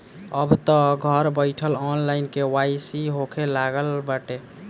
अबतअ घर बईठल ऑनलाइन के.वाई.सी होखे लागल बाटे